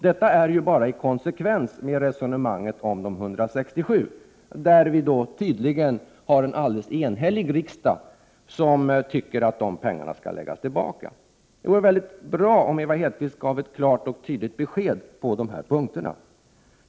Det skulle vara konsekvent med resonemanget om de 167 milj.kr., och i det fallet finns tydligen en enhällig riksdag bakom förslaget att pengarna skall läggas tillbaka. Det vore mycket bra om Ewa Hedkvist Petersen gav ett klart och tydligt besked på de här punkterna.